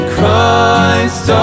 Christ